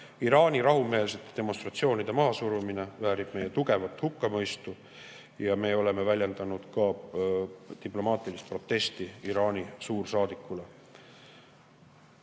Iraani rahumeelsete demonstratsioonide mahasurumine väärib meie tugevat hukkamõistu ja me oleme väljendanud ka diplomaatilist protesti Iraani suursaadikule.